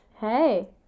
Hey